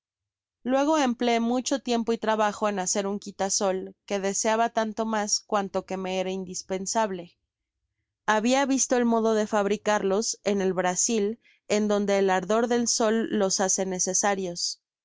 twego empleé mucho tiempo y trabajo en hacer un quitasol que deseaba tanto mas cuanto que me era indispensable habia visto el modo de fabricarlos en el brasil en donde el ardor del sol los hace necesarios